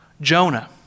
Jonah